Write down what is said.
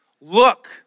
Look